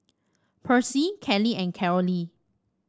Percy Cali and Carolee